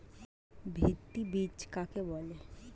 ভিত্তি বীজ কাকে বলে?